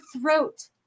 throat